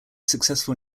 successful